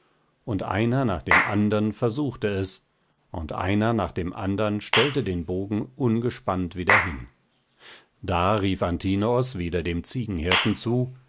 und einer nach dem andern versuchte es und einer nach dem andern stellte den bogen ungespannt wieder hin da rief antinoos wieder dem ziegenhirten zu